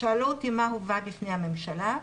שאלו אותי מה הובא בפני הממשלה.